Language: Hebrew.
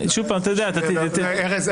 ארז,